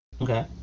Okay